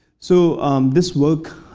so this work